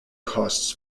costs